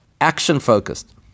action-focused